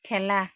খেলা